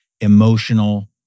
emotional